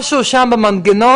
משהו שם במנגנון